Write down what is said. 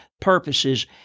purposes